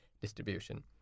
distribution